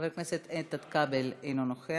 חבר הכנסת איתן כבל, אינו נוכח,